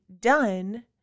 done